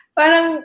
parang